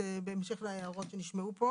בהמשך להערות שנשמעו פה.